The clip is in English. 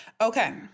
Okay